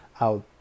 out